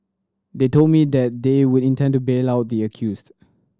they told me that they would intend to bail out the accused